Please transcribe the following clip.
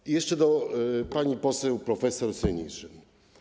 I jeszcze do pani poseł prof. Senyszyn.